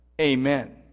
Amen